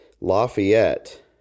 Lafayette